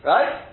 Right